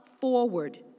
forward